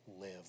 live